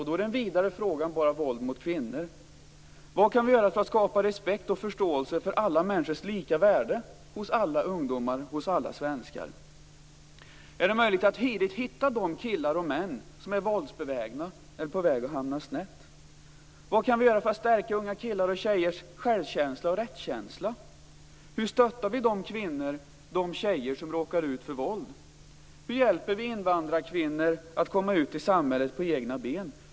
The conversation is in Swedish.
Då är den vidare frågan våldet mot kvinnor. Vad kan vi göra för att skapa respekt och förståelse för alla människors lika värde hos alla ungdomar, ja, hos alla svenskar? Är det möjligt att tidigt hitta de killar och män som är våldsbenägna, som är på väg att hamna snett? Vad kan vi göra för att stärka unga killars och tjejers självkänsla och rättskänsla? Hur stöttar vi de kvinnor/tjejer som råkar ut för våld? Hur hjälper vi invandrarkvinnor att på egna ben komma ut i samhället?